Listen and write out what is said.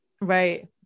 Right